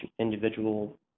individual